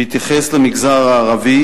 בהתייחס למגזר הערבי,